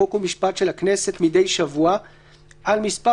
חוק ומשפט של הכנסת מדי שבוע על מספר